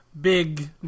big